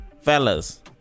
Fellas